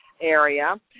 area